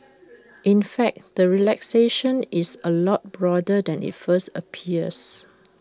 in fact the relaxation is A lot broader than IT first appears